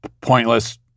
pointless